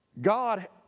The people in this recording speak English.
God